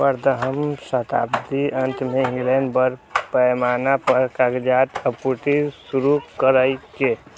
पंद्रहम शताब्दीक अंत मे इंग्लैंड बड़ पैमाना पर कागजक आपूर्ति शुरू केलकै